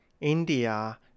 India